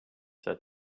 said